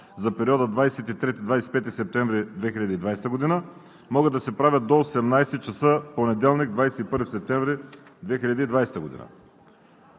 за периода 23 – 25 септември 2020 г. могат да се правят до 18,00 ч. в понеделник, 21 септември 2020 г.